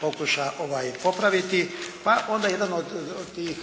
pokuša popraviti. Pa onda jedan od tih